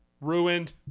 ruined